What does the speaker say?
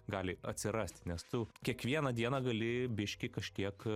gali atsirasti nes tu kiekvieną dieną gali biški kažkiek